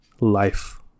life